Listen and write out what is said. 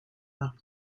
mari